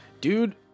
dude